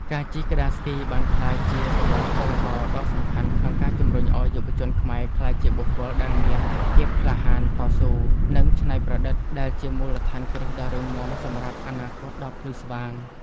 ការជិះក្ដារស្គីបានក្លាយជាកម្លាំងចលករដ៏សំខាន់ក្នុងការជំរុញឱ្យយុវជនខ្មែរក្លាយជាបុគ្គលដែលមាន ភាពក្លាហាន តស៊ូ និងច្នៃប្រឌិត ដែលជាមូលដ្ឋានគ្រឹះដ៏រឹងមាំសម្រាប់អនាគតដ៏ភ្លឺស្វាង។